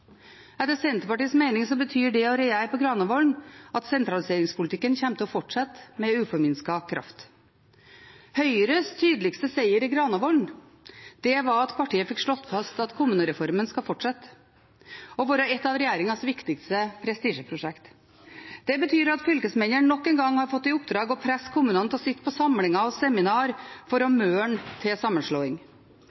Etter Senterpartiets mening betyr det å regjere på Granavolden-erklæringen at sentraliseringspolitikken kommer til å fortsette med uforminsket kraft. Høyres tydeligste seier i Granavolden-erklæringen var at partiet fikk slått fast at kommunereformen skal fortsette, og at det skal være et av regjeringens viktigste prestisjeprosjekter. Det betyr at fylkesmennene nok en gang har fått i oppdrag å presse kommunene til å sitte på samlinger og seminarer for å